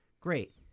Great